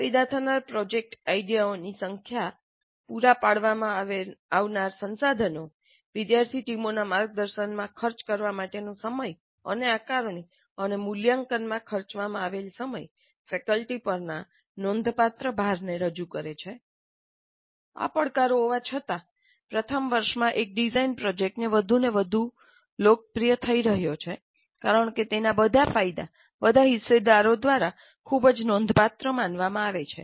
પેદા થનારા પ્રોજેક્ટ આઇડિયાઓની સંખ્યા પૂરા પાડવામાં આવનારા સંસાધનો વિદ્યાર્થી ટીમોના માર્ગદર્શનમાં ખર્ચ કરવા માટેનો સમય અને આકારણી અને મૂલ્યાંકનમાં ખર્ચવામાં આવેલા સમય ફેકલ્ટી પરના નોંધપાત્ર ભારને રજૂ કરે છે આ પડકારો હોવા છતાં પ્રથમ વર્ષમાં એક ડિઝાઇન પ્રોજેક્ટ વધુને વધુ લોકપ્રિય થઈ રહ્યો છે કારણ કે તેનાં ફાયદા બધા હિસ્સેદારો દ્વારા ખૂબ જ નોંધપાત્ર માનવામાં આવે છે